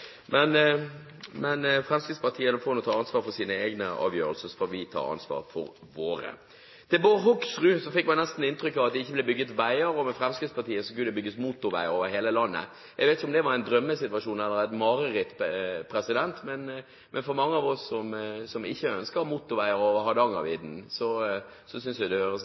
men i min verden er dette betydelige beløp. Men Fremskrittspartiet får nå ta ansvar for sine egne avgjørelser, så får vi ta ansvar for våre. Til Bård Hoksrud: Man fikk nesten inntrykk av at det ikke ble bygget veier, og at det med Fremskrittspartiet skulle bygges motorveier over hele landet. Jeg vet ikke om det var en drømmesituasjon eller et mareritt, men for mange av oss som ikke ønsker motorvei over Hardangervidda, høres dette temmelig forferdelig ut. Dyrt er det også. Det fremstilles som om det ikke